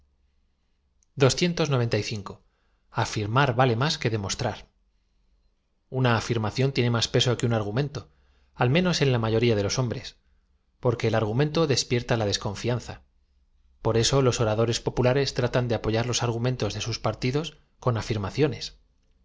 suya mar vale más que demostrar una afirmación tiene más peso que un argumento al menos en la mayoría de los hombres porque el ar gumento despierta la desconfianza p o r eso los orado res populares tratan de apoyar los argumentos de sus partidos con afirmaciones